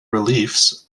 reliefs